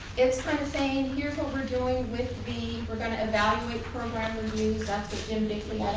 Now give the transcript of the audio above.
it's pertaining here's what we're doing with the we're going to evaluate program reviews that's what